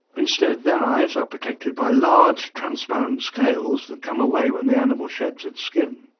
instead their eyes are protected by large transparent scales that come away when the animal sheds its skin.